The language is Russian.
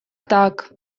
так